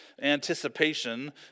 anticipation